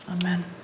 Amen